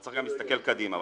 וצריך גם להסתכל קדימה,